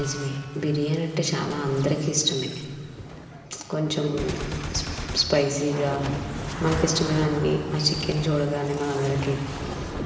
నిజమే బిర్యానీ అంటే చాలా అందరికీ ఇష్టమే కొంచెం స్ప స్పైసీగా మనకి ఇష్టమైన అన్నీ ఆ చికెన్ చూడగానే మనందరికీ